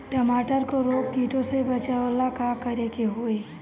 टमाटर को रोग कीटो से बचावेला का करेके होई?